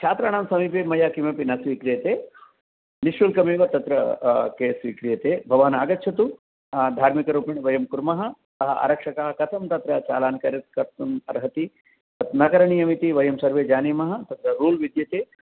छात्राणां समीपे मया किमपि न स्वीक्रियते निष्शुल्कम् एव तत्र केस् स्वीक्रियते भवान् आगच्छतु धार्मिकरूपेण वयं कुर्मः आरक्षकाः कथं तत्र चालान् कर्तुम् अर्हति तत् नगरनियमः इति वयं सर्वे जानीमः तत्र रूल् विद्यते